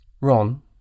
Ron